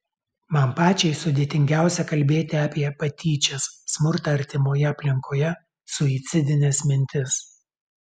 man pačiai sudėtingiausia kalbėti apie patyčias smurtą artimoje aplinkoje suicidines mintis